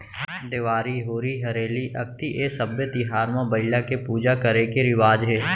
देवारी, होरी हरेली, अक्ती ए सब्बे तिहार म बइला के पूजा करे के रिवाज हे